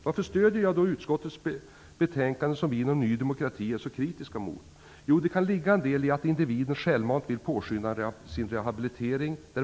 Varför stöder jag då utskottets förslag som vi inom Ny demokrati är så kritiska mot? Jo, det kan ligga en hel del i att individen självmant vill påskynda sin rehabilitering.